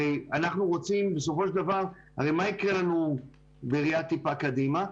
הרי הרי מה יקרה לנו בראייה טיפה קדימה?